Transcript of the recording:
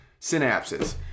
synapses